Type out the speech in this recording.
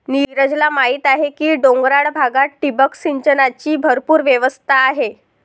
नीरजला माहीत आहे की डोंगराळ भागात ठिबक सिंचनाची भरपूर व्यवस्था आहे